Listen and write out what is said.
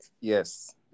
yes